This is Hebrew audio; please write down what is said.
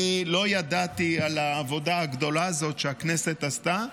אני לא ידעתי על העבודה הגדולה הזאת שהכנסת עשתה.